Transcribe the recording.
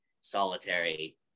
solitary